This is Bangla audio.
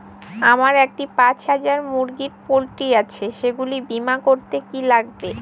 আমার একটি পাঁচ হাজার মুরগির পোলট্রি আছে সেগুলি বীমা করতে কি লাগবে?